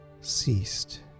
ceased